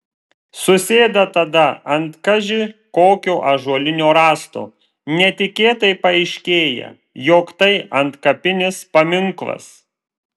susėda tada ant kaži kokio ąžuolinio rąsto netikėtai paaiškėja jog tai antkapinis paminklas